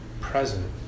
present